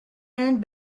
and